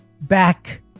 back